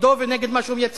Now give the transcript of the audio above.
נגדו ונגד מה שהוא מייצג,